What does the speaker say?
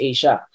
Asia